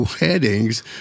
weddings